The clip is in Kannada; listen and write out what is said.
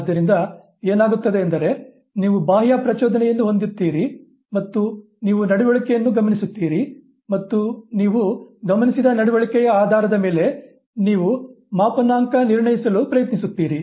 ಆದ್ದರಿಂದ ಏನಾಗುತ್ತದೆ ಎಂದರೆ ನೀವು ಬಾಹ್ಯ ಪ್ರಚೋದನೆಯನ್ನು ಹೊಂದುತ್ತೀರಿ ಮತ್ತು ನೀವು ನಡವಳಿಕೆಯನ್ನು ಗಮನಿಸುತ್ತೀರಿ ಮತ್ತು ನೀವು ಗಮನಿಸಿದ ನಡುವಳಿಕೆಯ ಆಧಾರದ ಮೇಲೆ ನೀವು ಮಾಪನಾಂಕ ನಿರ್ಣಯಿಸಲು ಪ್ರಯತ್ನಿಸುತ್ತೀರಿ